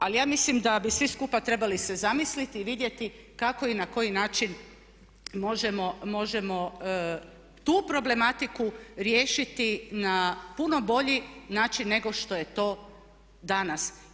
Ali ja mislim da bi svi skupa trebali se zamisliti i vidjeti kako i na koji način možemo tu problematiku riješiti na puno bolji način nego što je to danas.